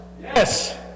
Yes